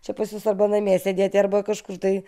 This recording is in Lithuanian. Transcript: čia pas jus arba namie sėdėti arba kažkur tai